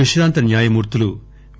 విశ్రాంత న్యాయమూర్తులు వి